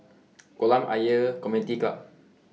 Kolam Ayer Community Club